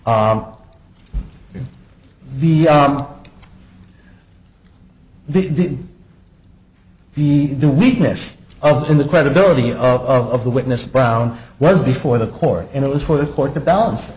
case the the the the weakness of in the credibility of the witness brown was before the court and it was for the court the balance